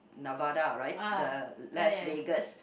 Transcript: Nevada right the Las Vegas